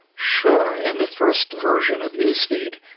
sure. in the first version of newsfeed,